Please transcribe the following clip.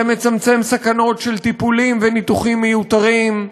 זה מצמצם סכנות של טיפולים וניתוחים מיותרים,